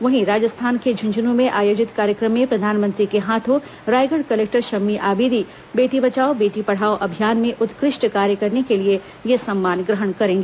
वहीं राजस्थान के झुंझन् में आयोजित कार्यक्रम में प्रधानमंत्री के हाथों रायगढ़ कलेक्टर शम्मी आबिदी बेटी बचाओ बेटी पढाओ अभियान में उत्कृष्ट कार्य करने के लिए यह सम्मान ग्रहण करेंगी